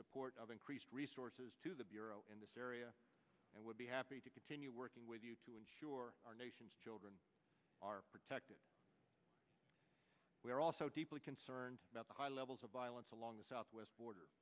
support of increased resources to the bureau in this area and would be happy to continue working with you to ensure our nation's children are protected we are also deeply concerned about high levels of violence along the southwest border